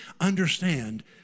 understand